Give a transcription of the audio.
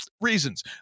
reasons